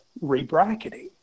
rebracketing